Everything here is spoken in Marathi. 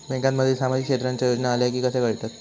बँकांमध्ये सामाजिक क्षेत्रांच्या योजना आल्या की कसे कळतत?